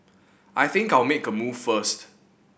I think I'll make a move first